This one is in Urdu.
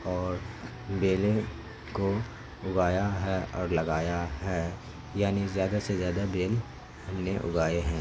اور بیلیں کو اگایا ہے اور لگایا ہے یعنی زیادہ سے زیادہ بیل ہم نے اگائے ہیں